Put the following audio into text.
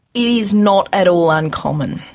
it is not at all uncommon,